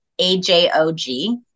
AJOG